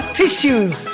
tissues